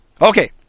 Okay